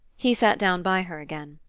he sat down by her again.